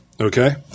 Okay